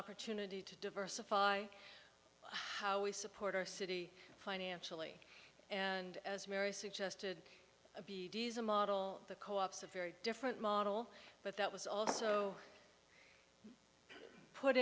opportunity to diversify how we support our city financially and as mary suggested a be a model the co ops a very different model but that was also put